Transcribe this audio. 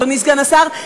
אדוני סגן השר,